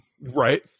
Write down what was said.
right